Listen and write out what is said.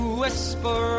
whisper